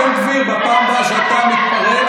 חבר הכנסת בן גביר, בפעם הבאה שאתה מתפרץ,